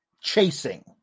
chasing